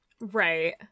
Right